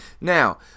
Now